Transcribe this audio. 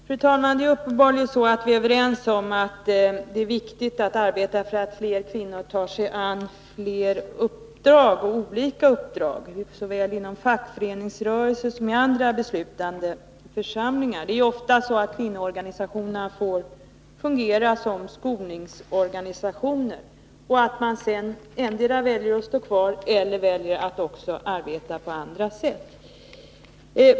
Fru talman! Det är uppenbarligen så att vi är överens om att det är viktigt att arbeta för att fler kvinnor tar sig an fler uppdrag och olika uppdrag, såväl inom fackföreningsrörelsen som i andra beslutande församlingar. Kvinnoorganisationerna får ofta fungera som skolningsorganisationer, varefter kvinnan väljer antingen att stå kvar eller också att arbeta på andra sätt.